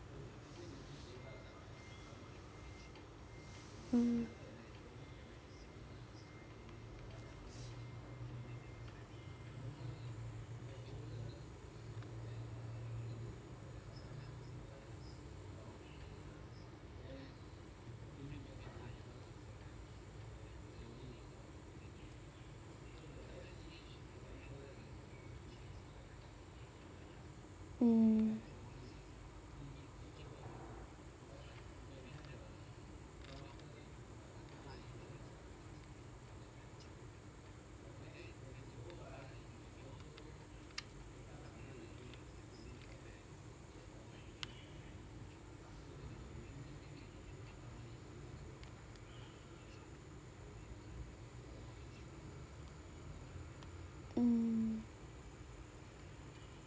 mmhmm mm mm